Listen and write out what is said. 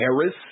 Harris